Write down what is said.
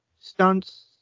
stunts